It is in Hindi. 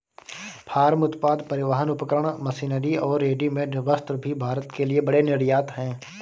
फार्म उत्पाद, परिवहन उपकरण, मशीनरी और रेडीमेड वस्त्र भी भारत के लिए बड़े निर्यात हैं